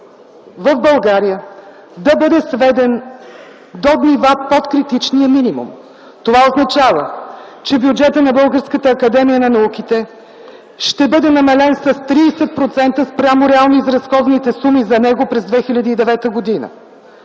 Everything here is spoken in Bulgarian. в България да бъде сведен до нива под критичния минимум. Това означава, че бюджетът на Българската академия на науките ще бъде намален с 30% спрямо реално изразходените суми за него през 2009 г.